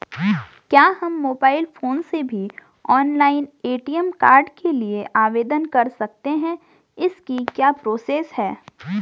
क्या हम mobile phone से भी ऑनलाइन ए.टी.एम कार्ड के लिए आवेदन कर सकते हैं इसकी क्या प्रोसेस है?